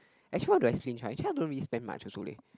actually what do I stinge actually I don't really spend much also leh